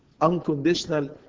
Unconditional